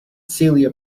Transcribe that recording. celia